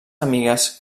amigues